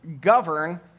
govern